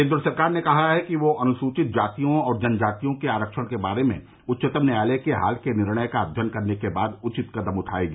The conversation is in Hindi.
केन्द्र सरकार ने कहा है कि वह अनुसूचित जातियों और जनजातियों के आरक्षण के बारे में उच्चतम न्यायालय के हाल के निर्णय का अध्ययन करने के बाद उचित कदम उठाएगी